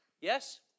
Yes